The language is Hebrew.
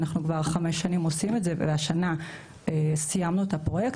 אנחנו עושים את זה כבר חמש שנים והשנה סיימנו את הפרויקט.